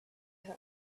her